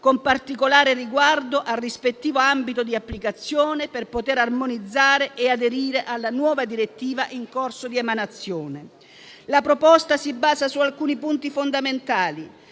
con particolare riguardo al rispettivo ambito di applicazione per poter armonizzare e aderire alla nuova direttiva in corso di emanazione. La proposta si basa su alcuni punti fondamentali: